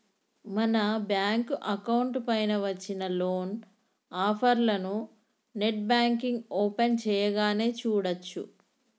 మన bank account పైన వచ్చిన లోన్ ఆఫర్లను నెట్ బ్యాంకింగ్ ఓపెన్ చేయగానే చూడచ్చు